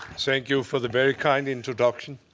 thank you for the very kind introduction.